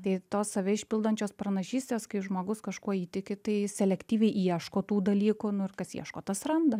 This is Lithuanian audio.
tai tos save išpildančios pranašystės kai žmogus kažkuo įtiki tai selektyviai ieško tų dalykų nu ir kas ieško tas randa